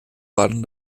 waren